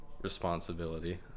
responsibility